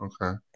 Okay